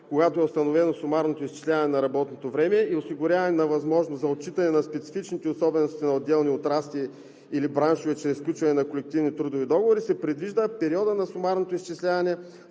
когато е установено сумарното изчисляване на работното време и осигуряване на възможност за отчитане на специфичните особености на отделни отрасли или браншове чрез сключване на колективни трудови договори, се предвижда периодът на сумарното изчисляване